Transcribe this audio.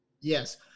Yes